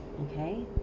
okay